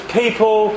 people